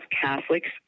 Catholics